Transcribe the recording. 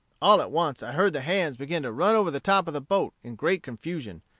all at once i heard the hands begin to run over the top of the boat in great confusion,